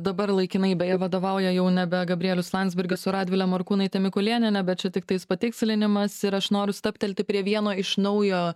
dabar laikinai beje vadovauja jau nebe gabrielius landsbergis o radvilė morkūnaitė mikulėnienė bet čia tiktais patikslinimas ir aš noriu stabtelti prie vieno iš naujo